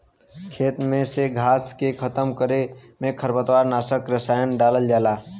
खेते में से घास के खतम करे में खरपतवार नाशक रसायन डालल जाला